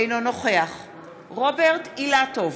אינו נוכח רוברט אילטוב,